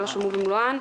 שלא שולמו במלואן,